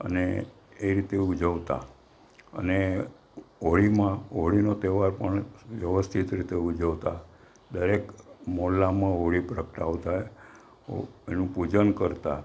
અને એ રીતે ઉજવતા અને હોળીમાં હોળીનો તેહવાર પણ વ્યવસ્થિત રીતે ઉજવતા દરેક મહોલ્લામાં હોળી પ્રગટાવતા એનું પૂજન કરતા